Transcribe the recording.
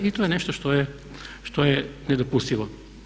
I to je nešto što je nedopustivo.